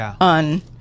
on